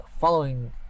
following